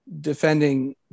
defending